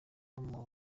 uko